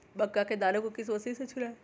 मक्का के दानो को किस मशीन से छुड़ाए?